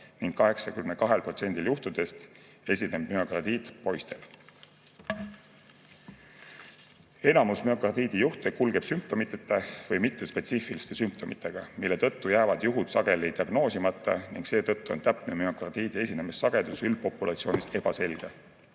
Ning 82%‑l juhtudest esineb müokardiit poistel. Enamik müokardiidijuhte kulgeb sümptomiteta või mittespetsiifiliste sümptomitega, mille tõttu jäävad juhud sageli diagnoosimata ning seetõttu on täpne müokardiidi esinemissagedus üldpopulatsioonis ebaselge.